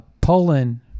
Poland